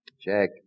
Check